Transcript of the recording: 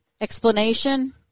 explanation